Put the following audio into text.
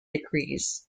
decrees